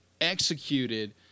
executed